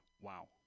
wow